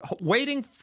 waiting